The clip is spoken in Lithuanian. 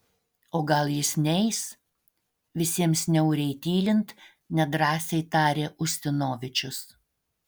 o gal jis neis visiems niauriai tylint nedrąsiai tarė ustinovičius